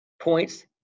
points